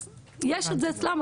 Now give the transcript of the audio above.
אז יש את זה אצלם,